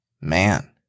man